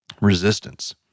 resistance